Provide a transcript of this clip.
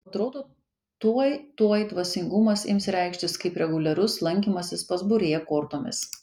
atrodo tuoj tuoj dvasingumas ims reikštis kaip reguliarus lankymasis pas būrėją kortomis